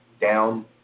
down